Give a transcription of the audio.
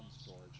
storage